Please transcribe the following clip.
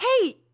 Hey